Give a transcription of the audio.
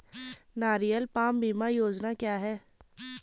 नारियल पाम बीमा योजना क्या है?